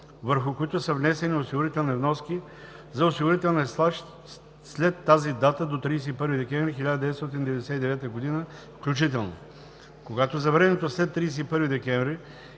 върху които са внесени осигурителни вноски за осигурителния стаж след тази дата до 31 декември 1999 г. включително. Когато за времето след 31 декември